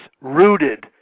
rooted